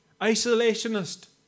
isolationist